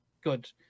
good